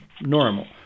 normal